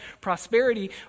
prosperity